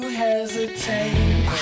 hesitate